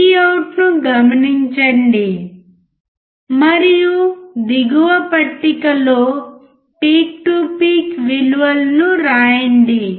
Vout ను గమనించండి మరియు దిగువ పట్టికలో పీక్ టు పీక్ విలువలను వ్రాయండి